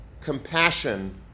compassion